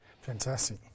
Fantastic